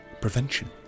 prevention